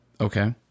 Okay